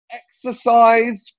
exercise